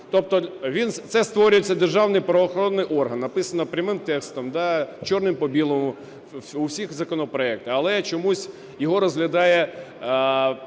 Тобто це створюється державний правоохоронний орган. Написано прямим текстом, чорним по білому, у всіх законопроект. Але чомусь його розглядає